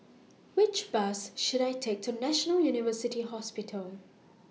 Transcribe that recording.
Which Bus should I Take to National University Hospital